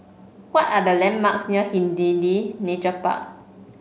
what are the landmarks near Hindhede Nature Park